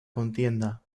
contienda